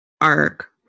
arc